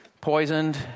poisoned